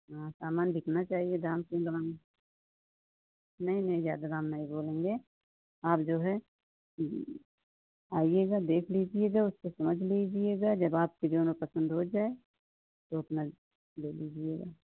हाँ सामान बिकना चाहिए जान क्यों गवाएँ नहीं नहीं ज़्यादा दाम नहीं बोलेंगे आप जो है उँ आइएगा देख लीजिएगा उसको समझ लीजिएगा जब आपकी जो ना पसन्द हो जाए तो अपना ले लीजिएगा